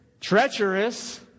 Treacherous